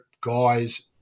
guys